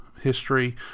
history